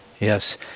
Yes